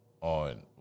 on